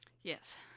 yes